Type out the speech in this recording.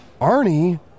arnie